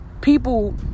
people